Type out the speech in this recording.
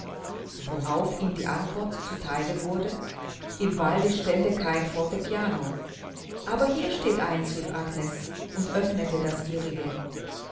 worauf ihm die antwort zu theile wurde im walde stände kein forte piano aber hier steht eines rief agnes und öffnete das ihrige